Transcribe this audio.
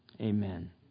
Amen